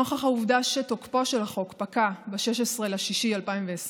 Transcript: נוכח העובדה שתוקפו של החוק פקע ב-16 ביוני 2020,